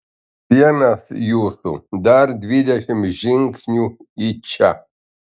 vienas jūsų dar dvidešimt žingsnių į čia